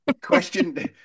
question